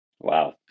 Wow